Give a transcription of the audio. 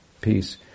peace